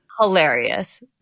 Hilarious